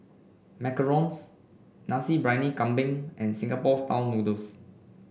macarons Nasi Briyani Kambing and Singapore style noodles